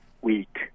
week